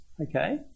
okay